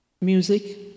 Music